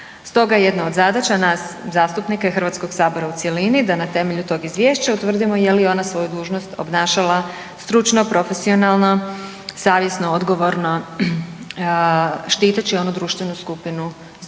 Stoga jedna do zadaća nas zastupnika i Hrvatskog sabora u cjelini da na temelju tog izvješća utvrdimo je li ona svoju dužnost obnašala stručno, profesionalno, savjesno, odgovorno štiteći onu društvenu skupinu zbog